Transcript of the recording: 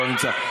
לא נמצא.